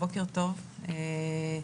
אכן,